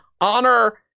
Honor